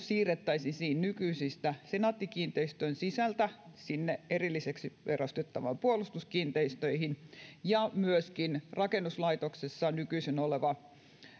siirrettäisiin nykyisen senaatti kiinteistön sisältä sinne erilliseksi perustettavaan puolustuskiinteistöihin ja myöskin rakennuslaitoksessa nykyisin oleva